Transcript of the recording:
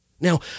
Now